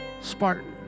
Spartan